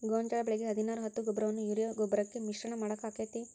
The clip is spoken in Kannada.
ಗೋಂಜಾಳ ಬೆಳಿಗೆ ಹದಿನಾರು ಹತ್ತು ಗೊಬ್ಬರವನ್ನು ಯೂರಿಯಾ ಗೊಬ್ಬರಕ್ಕೆ ಮಿಶ್ರಣ ಮಾಡಾಕ ಆಕ್ಕೆತಿ?